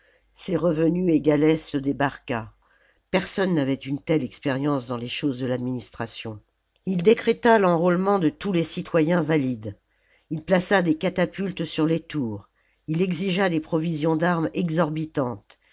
ses revenus égalaient ceux des barca personne n'avait une telle expérience dans les choses de l'administration ii décréta l'enrôlement de tous les citoyens valides il plaça des catapultes sur les tours il exigea des provisions d'armes exorbitantes